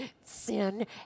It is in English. Sin